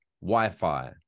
Wi-Fi